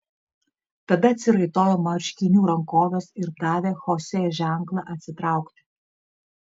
tada atsiraitojo marškinių rankoves ir davė chosė ženklą atsitraukti